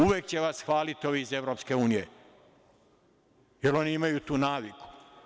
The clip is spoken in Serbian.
Uvek će vas hvaliti ovi iz EU, jer oni imaju tu naviku.